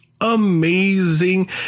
amazing